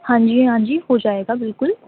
ہاں جی ہاں جی ہو جائے گا بالکل